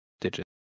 digits